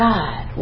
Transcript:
God